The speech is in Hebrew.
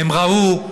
הם ראו,